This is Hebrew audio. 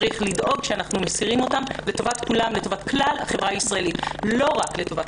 צריך לדאוג שאנחנו מסירים אותם לא רק לטובת